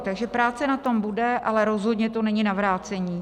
Takže práce na tom bude, ale rozhodně to není na vrácení.